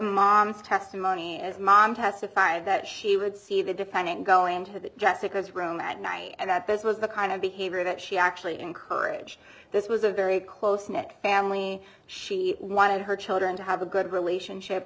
mom's testimony as mom testified that she would see the defendant go into that jessica's room at night and that this was the kind of behavior that she actually encouraged this was a very close knit family she wanted her children to have a good relationship